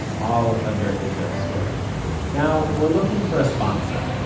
all under israel story now, we are looking for a sponsor.